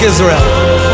Israel